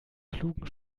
klugen